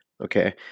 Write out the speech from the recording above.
okay